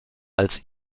als